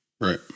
Right